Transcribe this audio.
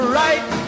right